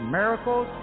miracles